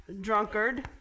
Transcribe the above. drunkard